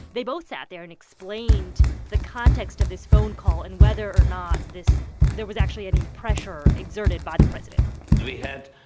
they both sat there and explained the context of this phone call and whether or not this there was actually any pressure exerted by the president we had,